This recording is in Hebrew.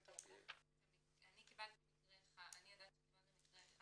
אני יודעת שקיבלנו מקרה אחד,